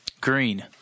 Green